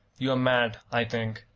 you are mad, i think!